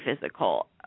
physical